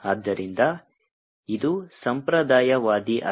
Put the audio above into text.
ಆದ್ದರಿಂದ ಇದು ಸಂಪ್ರದಾಯವಾದಿ ಅಲ್ಲ